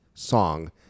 song